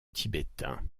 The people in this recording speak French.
tibétain